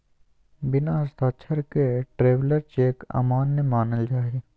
बिना हस्ताक्षर के ट्रैवलर चेक अमान्य मानल जा हय